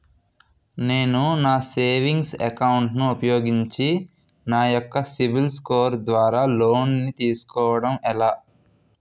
నేను నా savings account ను ఉపయోగించి నా యెక్క సిబిల్ స్కోర్ ద్వారా లోన్తీ సుకోవడం ఎలా?